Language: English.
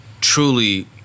Truly